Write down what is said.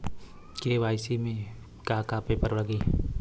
KYC में का का पेपर लगी?